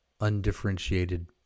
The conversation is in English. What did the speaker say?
undifferentiated